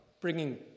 bringing